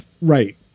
Right